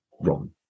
wrong